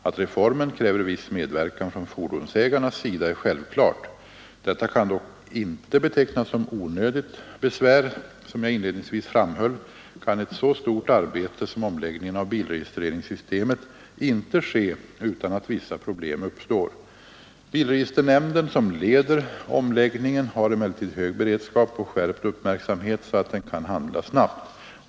Att reformen kräver viss medverkan från fordonsägarnas sida är självklart. Detta kan dock inte betecknas som onödigt besvär. Som jag inledningsvis framhöll kan ett så stort arbete som omläggningen av bilregistreringssystemet inte ske utan att vissa problem uppstår. Bilregisternämnden som leder omläggningen har emellertid hög beredskap och skärpt uppmärksamhet, så att den kan handla snabbt.